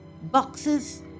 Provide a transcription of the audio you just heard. boxes